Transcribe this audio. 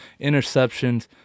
interceptions